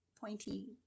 pointy